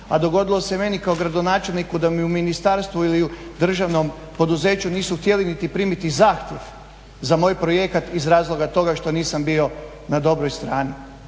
A dogodilo se meni kao gradonačelniku da mi u ministarstvu ili u državnom poduzeću nisu htjeli niti primiti zahtjev za moj projekat iz razloga toga što nisam bio na dobroj strani.